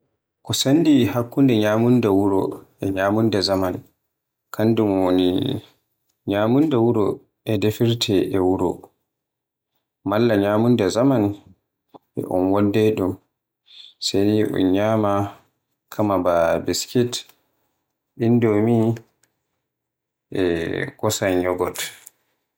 Ko sendi hakkunde ñyamunda wure e ñyamunda zaman kanjum woni, ñyamunda wuro e defirte e wuro, malla ñyamunda zaman e un wadday ɗum non sai ni un nyaama kama ba biskit, indomi, e kosam yogot.